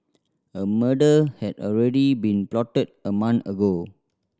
a murder had already been plotted a month ago